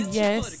yes